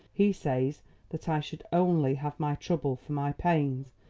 he says that i should only have my trouble for my pains,